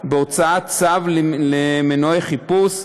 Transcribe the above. בהוצאת צו למנועי חיפוש,